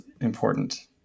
important